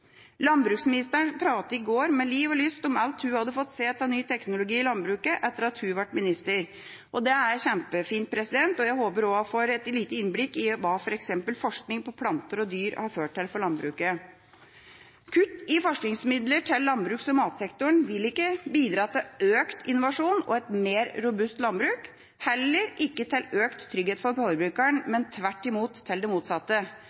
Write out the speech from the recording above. Landbruksministeren pratet i går med liv og lyst om alt hun hadde fått se av ny teknologi i landbruket etter at hun ble minister. Det er kjempefint, og jeg håper også hun får et lite innblikk i hva f.eks. forskning på planter og dyr har ført til for landbruket. Kutt i forskningsmidler til landbruks- og matsektoren vil ikke bidra til økt innovasjon og et mer robust landbruk, heller ikke til økt trygghet for forbrukeren, men tvert imot til det motsatte.